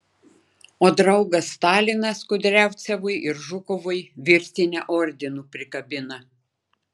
o draugas stalinas kudriavcevui ir žukovui virtinę ordinų prikabina